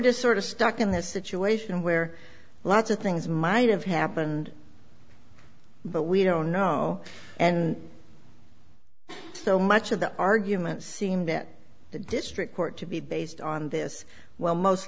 just sort of stuck in this situation where lots of things might have happened but we don't know and so much of the argument seemed at the district court to be based on this well most